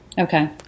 Okay